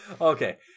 Okay